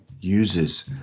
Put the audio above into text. uses